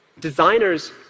Designers